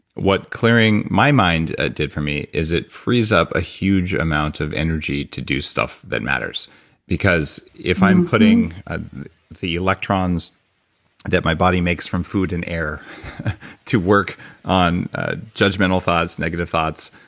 what clearing my mind ah did for me is it frees up a huge amount of energy to do stuff that matters because if i'm putting the electrons that why body makes from food and air to work on a judgmental thoughts, negative thoughts,